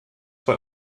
bei